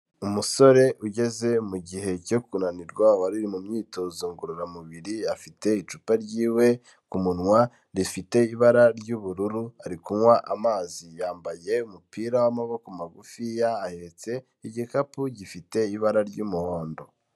Umusore ugeze mu gihe cyo kunanirwa wari uri mu myitozo ngororamubiri, afite icupa ryiwe ku munwa rifite ibara ry'ubururu ari kunywa amazi, yambaye umupira w'amaboko magufiya, ahetse igikapu gifite ibara ry'umuhondo.